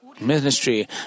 ministry